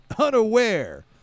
unaware